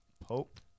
Pope